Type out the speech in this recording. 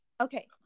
Okay